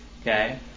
Okay